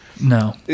No